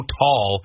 tall